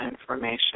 information